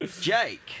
Jake